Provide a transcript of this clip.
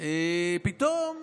פתאום